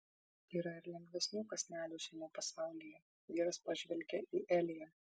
yra ir lengvesnių kąsnelių šiame pasaulyje vyras pažvelgia į eliją